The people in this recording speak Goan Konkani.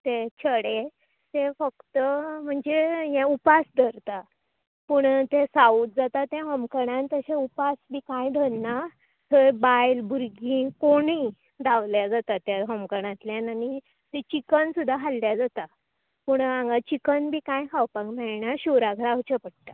ते चडे ते फक्त म्हणजे हे उपास धरता पूण जे साउत जाता ते होमखंणान बी कांय धरना थंय बायल भुरगीं कोणीय धावल्यार जाता त्या होमखणातल्यान आनी चिकन सुद्दां खाल्यार जाता पूण हांगा चिकन बी काय खावपाक मेळना शुवराक रावचें पडटा